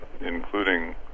including